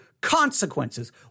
consequences